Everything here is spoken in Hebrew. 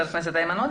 חבר הכנסת איימן עודה,